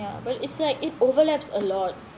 ya but it's like it overlaps a lot